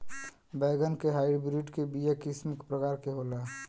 बैगन के हाइब्रिड के बीया किस्म क प्रकार के होला?